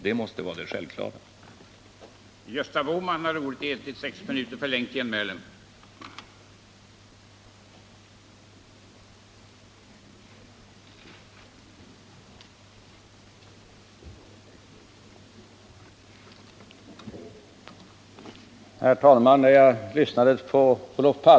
Det måste vara den självklara linjen just nu.